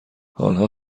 آنها